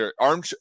arm